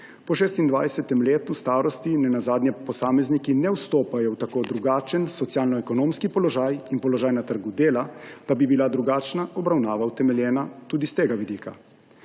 Po 26. letu starost nenazadnje posamezniki ne vstopajo v tako drugačen socialno-ekonomski položaj in položaj na trgu dela, da bi bila drugačna obravnava utemeljena tudi s tega vidika.